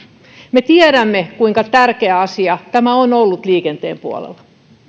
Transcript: me tiedämme kuinka tärkeä asia tämä on ollut liikenteen puolella